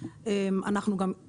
אנחנו עושים המון.